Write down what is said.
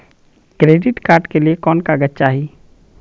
Credit card के लिए कौन कागज चाही?